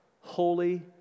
holy